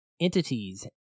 entities